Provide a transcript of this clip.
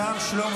השר שלמה